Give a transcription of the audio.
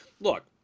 look